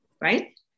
right